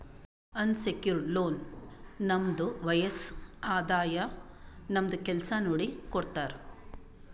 unsecured loan ನಮ್ದು ವಯಸ್ಸ್, ಆದಾಯ, ನಮ್ದು ಕೆಲ್ಸಾ ನೋಡಿ ಕೊಡ್ತಾರ್